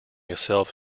itself